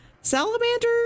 salamander